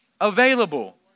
available